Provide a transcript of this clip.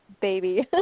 baby